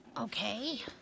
okay